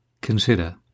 Consider